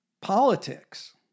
politics